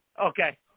Okay